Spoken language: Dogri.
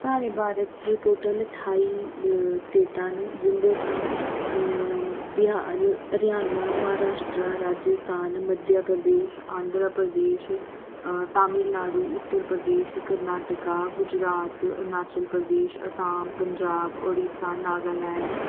साढ़े भारत च टोटल ठाई स्टेटां न जिन्दे चा बिहार हरयाणा महाराश्ट्रा राजस्थान मध्य प्रदेश आंध्रा प्रदेश तमिलनाडु उत्तर प्रदेश कर्नाटका गुजरात अरुणाचल प्रदेश असाम पंजाब ओड़िशा नागालैंड